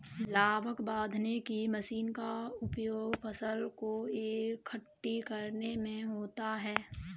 लावक बांधने की मशीन का उपयोग फसल को एकठी करने में होता है